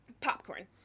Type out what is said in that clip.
Popcorn